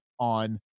on